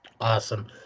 Awesome